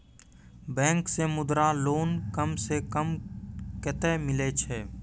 Bank से Mudra loan कम सऽ कम कतैय मिलैय छै?